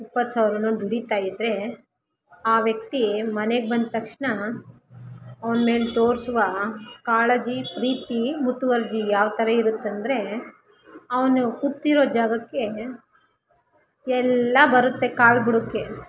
ಇಪ್ಪತ್ತು ಸಾವಿರನೋ ದುಡಿತಾಯಿದ್ದರೆ ಆ ವ್ಯಕ್ತಿ ಮನೆಗೆ ಬಂದ ತಕ್ಷಣ ಅವನ್ಮೇಲೆ ತೋರಿಸುವ ಕಾಳಜಿ ಪ್ರೀತಿ ಮುತುವರ್ಜಿ ಯಾವ ಥರ ಇರುತ್ತೆಂದ್ರೆ ಅವನು ಕೂತಿರೋ ಜಾಗಕ್ಕೆ ಎಲ್ಲ ಬರುತ್ತೆ ಕಾಲು ಬುಡಕ್ಕೆ